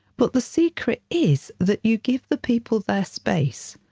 but the secret is that you give the people their space.